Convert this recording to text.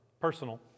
personal